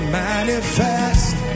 manifest